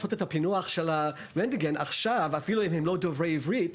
לעשות את פענוח הרנטגן עכשיו אפילו אם הם לא דוברי עברית,